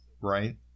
right